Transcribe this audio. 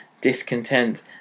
discontent